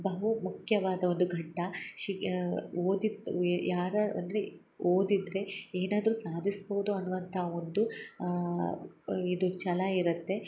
ಬಹು ಮುಖ್ಯವಾದ ಒಂದು ಘಟ್ಟ ಶಿ ಓದಿದ ಯಾರು ಅಂದರೆ ಓದಿದರೆ ಏನಾದ್ರು ಸಾಧಿಸ್ಬೋದು ಅನ್ನುವಂಥ ಒಂದು ಇದು ಛಲ ಇರುತ್ತೆ